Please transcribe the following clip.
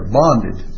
bonded